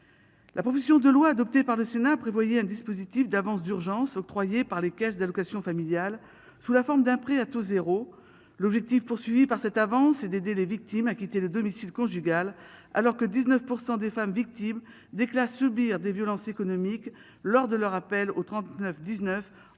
La proposition de loi adoptée par le Sénat prévoyait un dispositif d'avances d'urgence octroyées par les caisses d'allocations familiales sous la forme d'un prêt à taux zéro, l'objectif poursuivi par cette avance et d'aider les victimes à quitter le domicile conjugal alors que 19% des femmes victimes d'éclats subir des violences économiques lors de leur appel aux 39 19